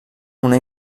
una